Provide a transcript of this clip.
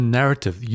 narrative